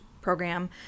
program